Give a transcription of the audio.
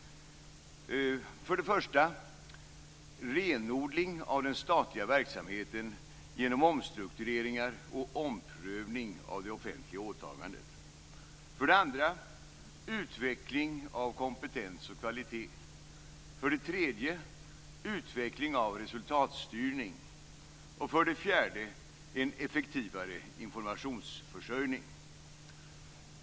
För det första: Renodling av den statliga verksamheten genom omstruktureringar och omprövning av det offentliga åtagandet. För det andra: Utveckling av kompetens och kvalitet. För det tredje: Utveckling av resultatstyrning. För det fjärde: En effektivare informationsförsörjning.